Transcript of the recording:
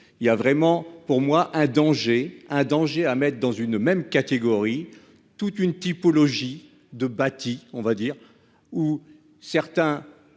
il y a vraiment pour moi un danger, un danger à mettre dans une même catégorie toute une typologie de Bati. On va dire où certains.